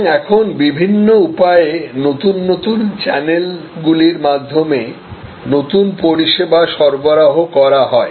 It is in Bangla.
সুতরাং এখন বিভিন্ন উপায়ে নতুন নতুন চ্যানেল গুলির মাধ্যমে নতুন পরিষেবা সরবরাহ করা হয়